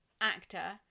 actor